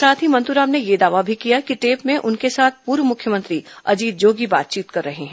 साथ ही मंत्राम ने यह दावा भी किया कि टेप में उनके साथ पूर्व मुख्यमंत्री अजीत जोगी बातचीत कर रहे हैं